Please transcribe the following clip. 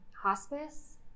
hospice